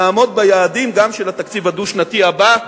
נעמוד ביעדים גם של התקציב הדו-שנתי הבא,